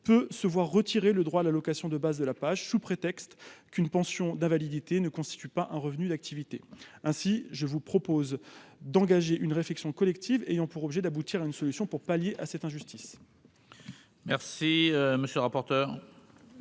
peut se voir retirer le droit à l'allocation de base de la Paje sous prétexte qu'une pension d'invalidité ne constitue pas un revenu d'activité ainsi je vous propose d'engager une réflexion collective ayant pour objet d'aboutir à une solution pour pallier à cette injustice. Merci, monsieur le rapporteur.